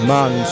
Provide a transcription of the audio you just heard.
Man